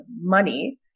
money